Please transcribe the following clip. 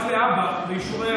רק להבא, באישור,